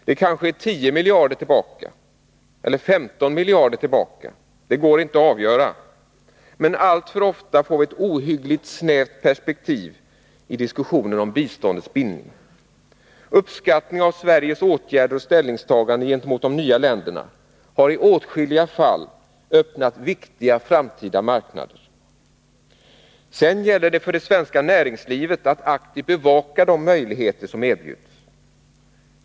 Det kanske är 10 miljarder tillbaka eller 15 miljarder tillbaka. Det går inte att avgöra. Men alltför ofta får vi ohyggligt snäva perspektiv i diskussionen om biståndets bindning. Uppskattningen av Sveriges åtgärder och ställningstaganden gentemot de nya länderna har i åtskilliga fall öppnat viktiga, framtida marknader. Sedan gäller det för det svenska näringslivet att aktivt bevaka de möjligheter som erbjuds.